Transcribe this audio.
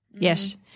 Yes